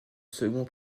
second